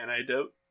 antidote